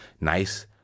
nice